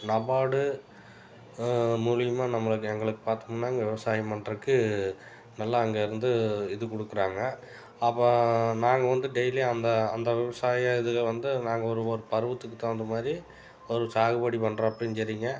நபார்டு மூலியமாக நம்மளுக்கு எங்களுக்கு பார்த்தம்னா இங்கே விவசாயம் பண்ணுறக்கு நல்லா அங்கேருந்து இது கொடுக்குறாங்க அப்போ நாங்கள் வந்து டெய்லியும் அந்த அந்த விவசாய இதுக வந்து நாங்கள் ஒரு ஒரு பருவத்துக்கு தகுந்தமாதிரி ஒரு சாகுபடி பண்ணுறப்பையும் சரிங்க